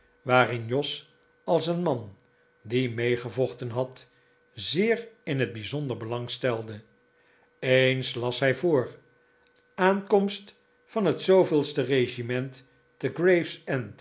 waarin jos als een man die meegevochten had zeer in het bijzonder belangstelde eens las hij voor aankomst van het